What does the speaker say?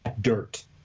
dirt